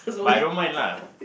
but I don't mind lah